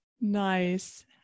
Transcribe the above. Nice